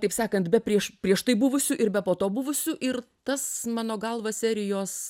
taip sakant be prieš prieš tai buvusių ir be po to buvusių ir tas mano galva serijos